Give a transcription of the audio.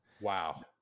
wow